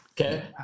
Okay